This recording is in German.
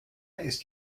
ist